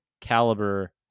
caliber